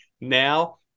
now